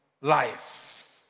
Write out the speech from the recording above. life